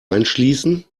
einschließen